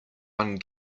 one